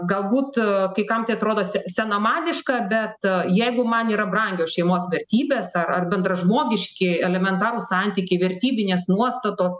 galbūt kai kam tai atrodo senamadiška bet jeigu man yra brangios šeimos vertybės ar ar bendražmogiški elementarūs santykiai vertybinės nuostatos